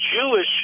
Jewish